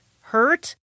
hurt